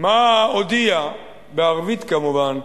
מה הודיע, בערבית כמובן,